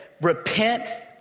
repent